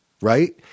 right